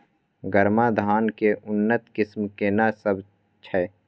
गरमा धान के उन्नत किस्म केना सब छै?